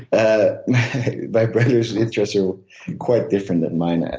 ah my brother's interests were quite different than mine.